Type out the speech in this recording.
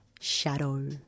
Shadow